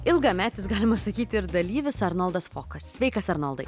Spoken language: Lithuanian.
ilgametis galima sakyti ir dalyvis arnoldas fokas sveikas arnoldai